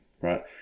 right